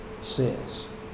says